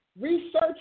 research